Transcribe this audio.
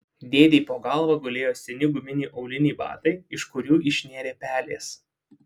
dėdei po galva gulėjo seni guminiai auliniai batai iš kurių išnėrė pelės